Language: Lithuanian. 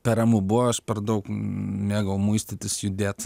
per ramu buvo aš per daug mėgau muistytis judėt